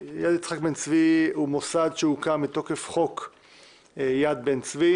יד יצחק בן-צבי הוא מוסד שהוקם מתוקף חוק יד בן-צבי